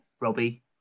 Robbie